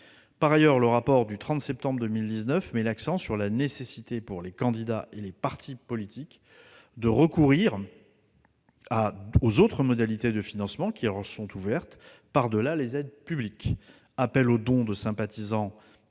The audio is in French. Par ailleurs, le rapport du 30 septembre 2019 met l'accent sur la nécessité, pour les candidats et les partis politiques, de recourir aux autres modalités de financement qui leur sont ouvertes, au-delà des aides publiques : appels aux dons de sympathisants